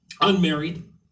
unmarried